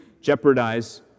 jeopardize